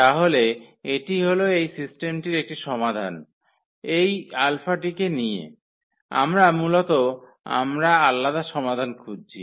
তাহলে এটি হল এই সিস্টেমটির একটি সমাধান হল এই α টিকে নিয়ে আমরা মূলত আমরা আলাদা সমাধান খুঁজছি